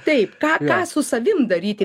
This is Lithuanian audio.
taip ką ką su savim daryti